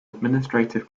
administrative